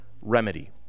remedy